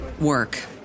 work